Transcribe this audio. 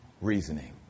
reasoning